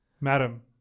Madam